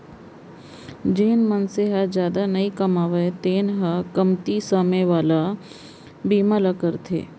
जेन मनसे ह जादा नइ कमावय तेन ह कमती समे वाला बीमा ल करवाथे